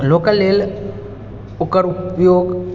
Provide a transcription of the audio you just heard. लोकके लेल ओकर उपयोग